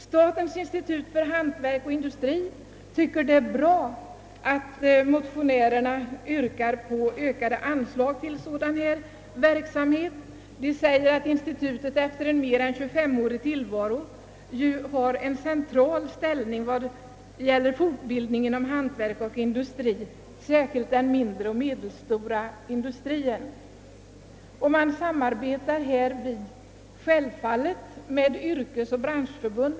Statens institut för hantverk och industri tycker att det är bra, att motionärerna yrkat ökade anslag till dylik verksamhet, och säger att »institutet efter en mer än 25-årig tillvaro intager en central ställning vad beträffar fortbildningen inom hantverk och industri, särskilt den mindre och medelstora industrien». Det samarbetar härvid självfallet med yrkesoch branschförbund.